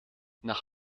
nach